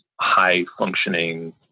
high-functioning